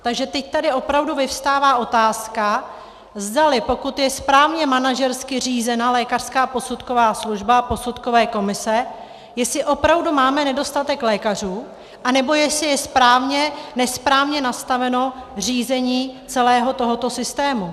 Takže teď tady opravdu vyvstává otázka, zdali pokud je správně manažersky řízena lékařská posudková služba a posudkové komise, jestli opravdu máme nedostatek lékařů, anebo jestli je správně nesprávně nastaveno řízení celého tohoto systému.